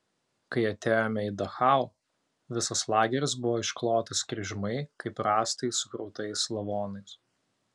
kai atėjome į dachau visas lageris buvo išklotas kryžmai kaip rąstai sukrautais lavonais